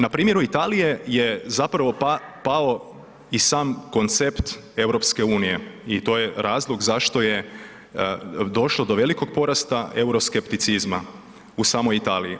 Na primjeru Italije je zapravo pao i sam koncept EU i to je razlog zašto je došlo velikog porasta euroskepticizma u samo Italiji.